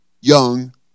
young